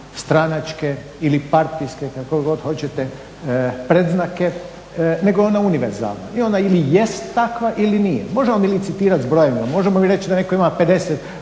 stranačke ili partijske kako god hoćete predznake, nego je ona univerzalna. I ona ili jest takva ili nije. Možemo mi licitirati s brojevima, možemo mi reći da netko ima 50